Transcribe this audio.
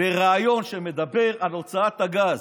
בריאיון מדבר על הוצאת הגז.